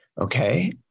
okay